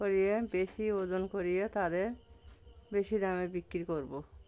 করিয়ে বেশি ওজন করিয়ে তাদের বেশি দামে বিক্রি করবো